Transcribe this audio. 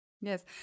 Yes